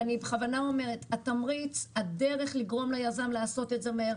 ואני בכוונה אומרת שהדרך לגרום ליזם לעשות את זה מהר,